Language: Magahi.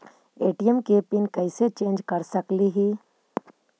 ए.टी.एम के पिन कैसे चेंज कर सकली ही?